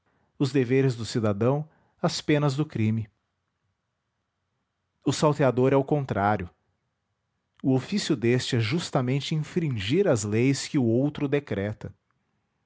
os deveres do cidadão as penas do crime o salteador é o contrário o ofício deste é justamente infringir as leis que o outro decreta